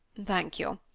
thank you.